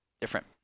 Different